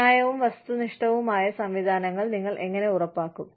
ന്യായവും വസ്തുനിഷ്ഠവുമായ സംവിധാനങ്ങൾ നിങ്ങൾ എങ്ങനെ ഉറപ്പാക്കും